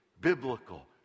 biblical